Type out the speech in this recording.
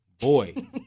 boy